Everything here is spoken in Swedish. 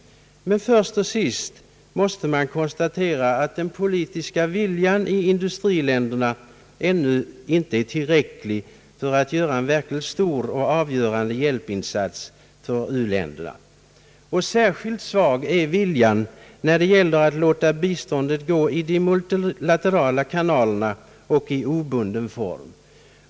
Men först och sist måste man konstatera att den politiska viljan i industriländerna inte är tillräcklig för att göra en verkligt stor och avgörande hjälpinsats för u-länderna. Särskilt svag är viljan när det gäller att låta biståndet gå i de multilaterala kanalerna och i obunden form.